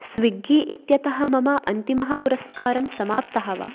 Swiggy इत्यतः मम अन्तिमः पुरस्कारं समाप्तः वा